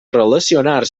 relacionar